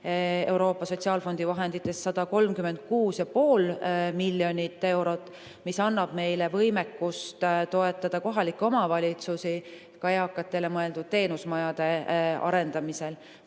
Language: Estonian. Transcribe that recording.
Euroopa Sotsiaalfondi vahenditest 136,5 miljonit eurot, mis annab meile võimekust toetada kohalikke omavalitsusi ka eakatele mõeldud teenusmajade arendamisel,